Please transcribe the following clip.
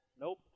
Nope